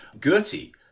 Gertie